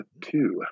two